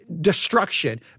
destruction